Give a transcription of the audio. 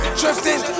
drifting